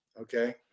Okay